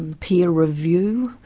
and peer review,